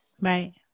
Right